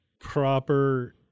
proper